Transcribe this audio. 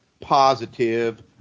positive